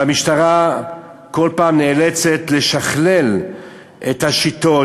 והמשטרה כל פעם נאלצת לשכלל את השיטות,